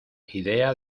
idea